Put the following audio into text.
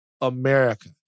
America